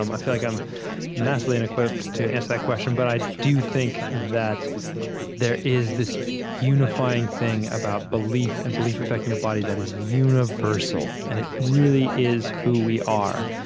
um i feel like i'm massively unequipped to answer that question, but i do think that there is this unifying thing about belief and belief affecting your body that is universal, and it really is who we are.